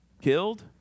killed